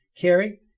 Carrie